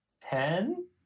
ten